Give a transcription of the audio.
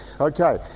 Okay